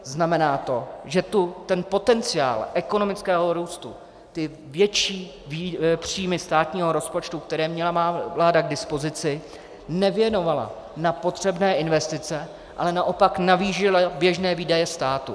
Znamená to, že ten potenciál ekonomického růstu, ty větší příjmy státního rozpočtu, které má vláda k dispozici, nevěnovala na potřebné investice, ale naopak navýšila běžné výdaje státu.